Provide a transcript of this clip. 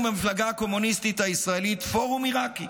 היה לנו במפלגה הקומוניסטית הישראלית פורום עיראקי